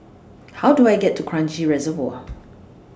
How Do I get to Kranji Reservoir